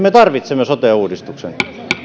me tarvitsemme sote uudistuksen